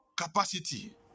capacity